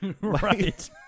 Right